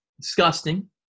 Disgusting